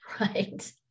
Right